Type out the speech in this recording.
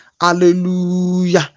Hallelujah